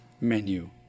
menu